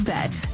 Bet